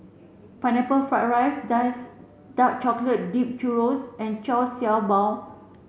Pineapple fried rice dies dark chocolate dip churro and Sha Bao